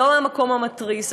לא המקום המתריס,